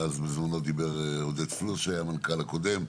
אז בזמנו דיבר עודד פלוס שהיה המנכ"ל הקודם.